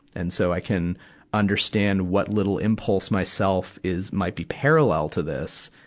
and so, i can understand what little impulse myself is, might be parallel to this.